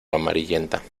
amarillenta